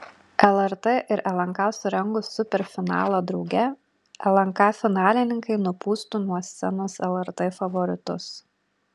lrt ir lnk surengus superfinalą drauge lnk finalininkai nupūstų nuo scenos lrt favoritus